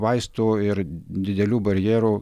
vaistų ir didelių barjerų